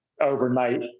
overnight